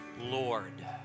Lord